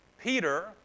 Peter